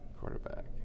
quarterback